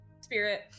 spirit